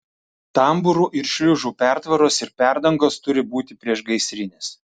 tambūrų ir šliuzų pertvaros ir perdangos turi būti priešgaisrinės